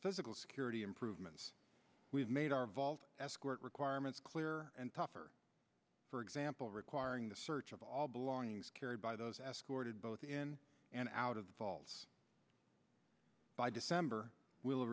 percent security improvements we've made our vault escort requirements clear and tougher for example requiring the search of all belongings carried by those escorted both in and out of the falls by december will